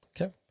Okay